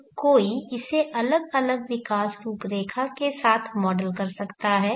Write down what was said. तो कोई इसे अलग अलग विकास रूपरेखा के साथ मॉडल कर सकता है